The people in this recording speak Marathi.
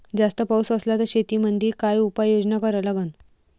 जास्त पाऊस असला त शेतीमंदी काय उपाययोजना करा लागन?